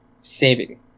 saving